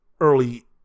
early